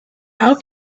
how